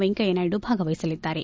ವೆಂಕಯ್ಯ ನಾಯ್ನು ಭಾಗವಹಿಸಲಿದ್ದಾರೆ